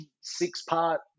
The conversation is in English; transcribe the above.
six-part